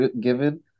given